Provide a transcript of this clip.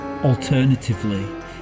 Alternatively